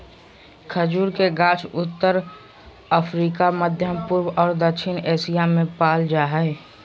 खजूर के गाछ उत्तर अफ्रिका, मध्यपूर्व और दक्षिण एशिया में पाल जा हइ